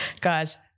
Guys